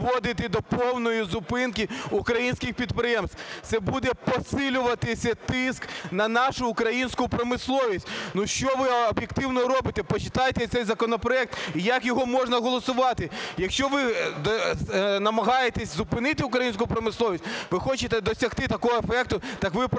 ви хочете досягти такого ефекту, так ви про це